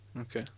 Okay